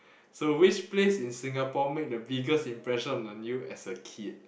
so which place in Singapore made the biggest impression on you as a kid